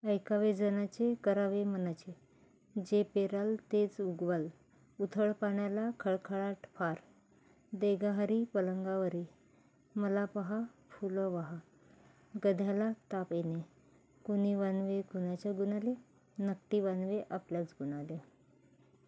ऐकावे जनाचे करावे मनाचे जे पेराल तेच उगवाल उथळ पाण्याला खळखळाट फार देगा हरी पलंगावरी मला पहा फुलं वाहा गध्याला ताप येणे कुणी वनवे कुणाच्या गुणाले नकटी वनवे आपल्याच गुणाले